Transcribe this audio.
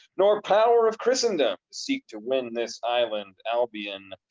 nor power of christendom to seek to win this island albion,